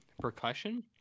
Percussion